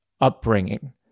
upbringing